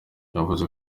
yavuze